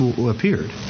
appeared